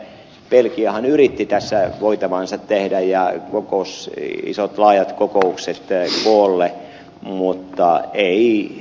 belgiahan yritti tässä voitavansa tehdä ja kokosi isot laajat kokoukset koolle mutta ei onnistunut